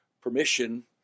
permission